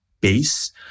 base